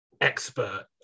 expert